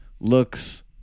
looks